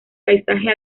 paisaje